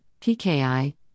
PKI